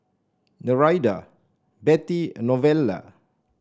Nereida Bettie and Novella